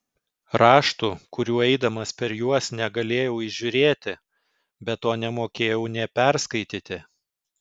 raštų kurių eidamas per juos negalėjau įžiūrėti be to nemokėjau nė perskaityti